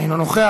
אינו נוכח,